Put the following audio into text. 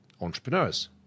entrepreneurs